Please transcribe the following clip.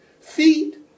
Feet